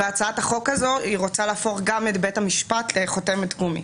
בהצעת החוק הזאת רוצה להפוך גם את בית המשפט לחותמת גומי.